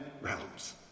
realms